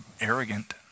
arrogant